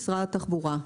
משרד התחבורה.